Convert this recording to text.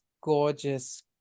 gorgeous